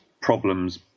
problems